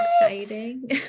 exciting